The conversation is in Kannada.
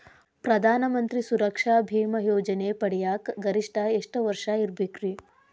ಪ್ರಧಾನ ಮಂತ್ರಿ ಸುರಕ್ಷಾ ಭೇಮಾ ಯೋಜನೆ ಪಡಿಯಾಕ್ ಗರಿಷ್ಠ ಎಷ್ಟ ವರ್ಷ ಇರ್ಬೇಕ್ರಿ?